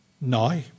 now